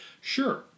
sure